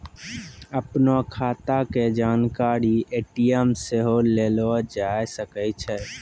अपनो खाता के जानकारी ए.टी.एम से सेहो लेलो जाय सकै छै